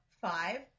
five